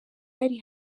yari